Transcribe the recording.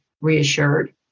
reassured